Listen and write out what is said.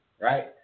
right